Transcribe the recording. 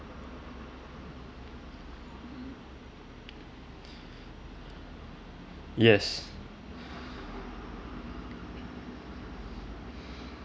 yes